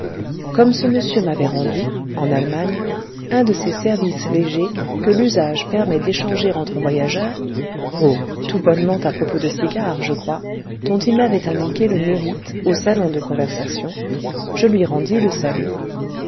comme ce monsieur m'avait rendu en allemagne un de ces services légers que l'usage permet d'échanger entre voyageurs oh tout bonnement à propos de cigares je crois dont il m'avait indiqué le mérite au salon de conversation je lui rendis le salut